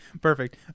Perfect